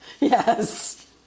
yes